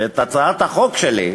ואת הצעת החוק שלי,